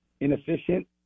inefficient